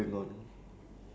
silent